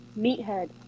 Meathead